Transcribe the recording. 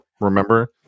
remember